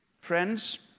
Friends